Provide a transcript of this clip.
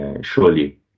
surely